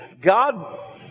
God